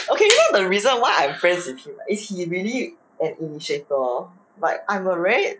okay you know the reason why I'm friends with him right is he really a initiator like I'm a very